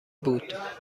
بود